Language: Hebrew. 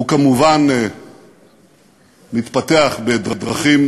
הוא כמובן מתפתח בדרכים